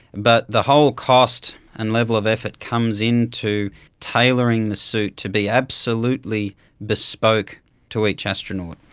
but the whole cost and level of effort comes into tailoring the suit to be absolutely bespoke to each astronaut.